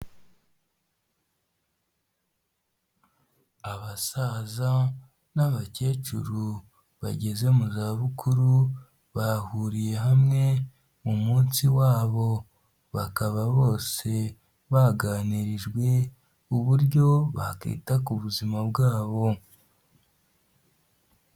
Abasaza n'abakecuru bageze mu zabukuru bahuriye hamwe mu munsi wabo, bakaba bose baganirijwe uburyo bakita ku buzima bwabo.